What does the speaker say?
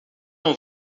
não